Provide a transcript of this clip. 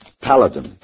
Paladin